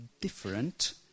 different